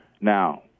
Now